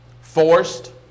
forced